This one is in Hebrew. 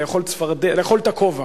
לאכול את הכובע,